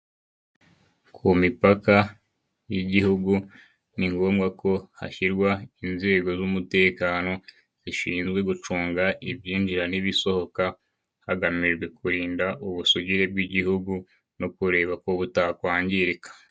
Ku mipaka y'Igihugu ni ngombwa ko hashyirwa inzego z'umutekano, zishinzwe gucunga ibyinjira n'ibisohoka, hagamijwe kurinda ubusugire bw'Igihugu no kureba ko butakwangirika.